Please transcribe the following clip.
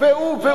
והוא,